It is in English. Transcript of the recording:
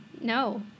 No